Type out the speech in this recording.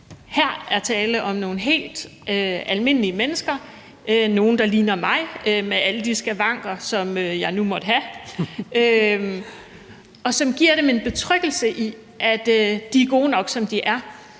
er der tale om nogle helt almindelige mennesker og nogle, der ligner mig, med alle de skavanker, som jeg nu måtte have, og som giver dem en betryggelse i, at de er gode nok, som de er,